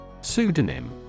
Pseudonym